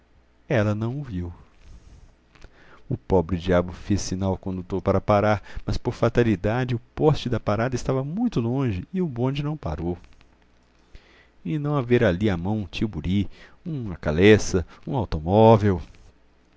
ela não o viu o pobre-diabo fez sinal ao condutor para parar mas por fatalidade o poste da parada estava muito longe e o bonde não parou e não haver ali à mão um tílburi uma caleça um automóvel